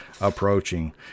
approaching